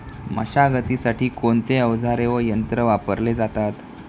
मशागतीसाठी कोणते अवजारे व यंत्र वापरले जातात?